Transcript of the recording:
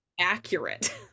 accurate